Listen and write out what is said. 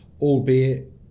albeit